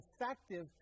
effective